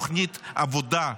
תוכנית עבודה,